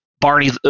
Barney